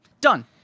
Done